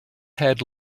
head